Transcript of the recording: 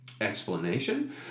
explanation